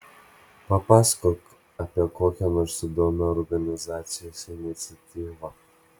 papasakok apie kokią nors įdomią organizacijos iniciatyvą